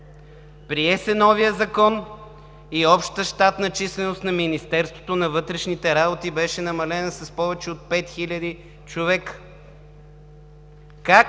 Прие се новият закон и общата щатна численост на Министерството на вътрешните работи беше намалена с повече от 5000 човека. Как